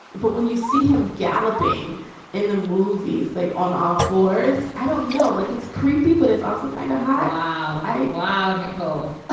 but when you see him galloping in the movies, like on all fours, i don't know. like, it's creepy. but it's also kind of how i wow. nicole,